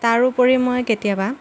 তাৰ উপৰিও মই কেতিয়াবা